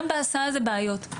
גם בהסעה זה בעיות,